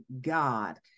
God